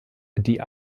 die